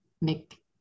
make